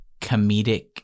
comedic